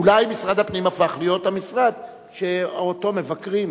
אולי משרד הפנים הפך להיות המשרד שאותו מבקרים,